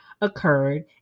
occurred